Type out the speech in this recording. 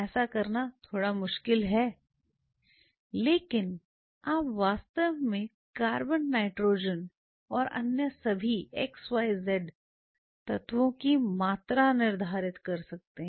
ऐसा करना थोड़ा मुश्किल है लेकिन आप वास्तव में कार्बन नाइट्रोजन और अन्य सभी XYZ तत्वों की मात्रा निर्धारित कर सकते हैं